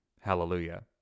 Hallelujah